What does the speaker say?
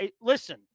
Listen